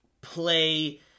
play